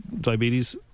diabetes